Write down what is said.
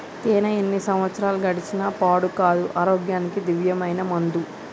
తేనే ఎన్ని సంవత్సరాలు గడిచిన పాడు కాదు, ఆరోగ్యానికి దివ్యమైన మందు